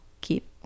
keep